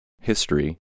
History